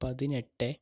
പതിനെട്ട്